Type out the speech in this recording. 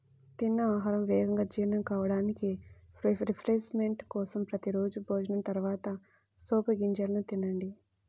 తిన్న ఆహారం వేగంగా జీర్ణం కావడానికి, రిఫ్రెష్మెంట్ కోసం ప్రతి రోజూ భోజనం తర్వాత సోపు గింజలను తినండి